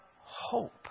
hope